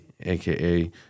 aka